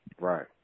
Right